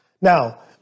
Now